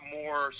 more